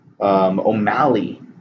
O'Malley